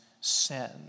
sin